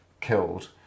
killed